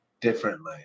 differently